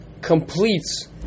completes